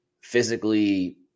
physically